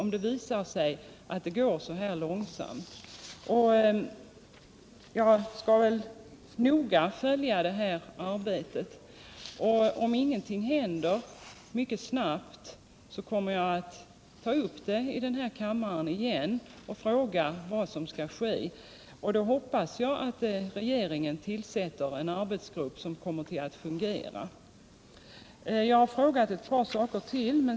Jag skall noga följa det här arbetet, och om ingenting händer mycket snabbt kommer jag att ta upp saken i kammaren igen och fråga vad som skall ske. Då hoppas jag att regeringen tillsätter en arbetsgrupp som kommer att fungera. Jag har ställt ett par frågor till.